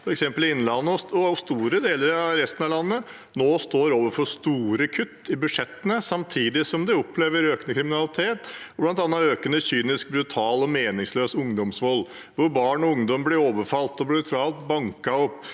både i Innlandet og i store deler av resten av landet, nå står overfor store kutt i budsjettene samtidig som de opplever en økende kriminalitet, bl.a. en økning i brutal, kynisk og meningsløs ungdomsvold, hvor barn og ungdom blir overfalt og brutalt banket opp.